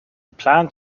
plant